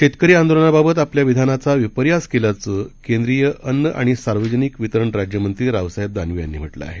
शेतकरी आंदोलनाबाबत आपल्या विधानाचा विपर्यास केल्याचं केंद्रीय अन्न आणि सार्वजनिक वितरण राज्यमंत्री रावसाहेब दानवे यांनी म्हटलं आहे